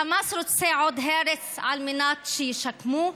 חמאס רוצה עוד הרס על מנת שישקמו?